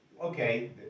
okay